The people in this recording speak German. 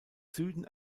süden